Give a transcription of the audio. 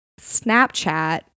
Snapchat